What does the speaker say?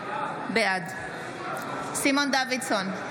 בעד סימון דוידסון,